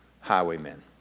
highwaymen